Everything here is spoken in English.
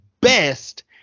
best